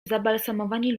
zabalsamowani